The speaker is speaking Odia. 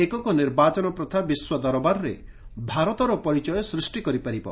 ଏକକ ନିର୍ବାଚନ ପ୍ରଥା ବିଶ୍ୱଦରବାରରେ ଭାରତର ପରିଚୟ ସୃଷି କରିପାରିବ